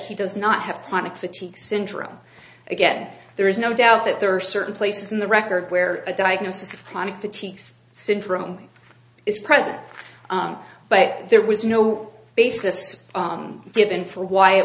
he does not have chronic fatigue syndrome again there is no doubt that there are certain places in the record where a diagnosis of chronic fatigue syndrome is present but there was no basis given for why it